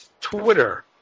Twitter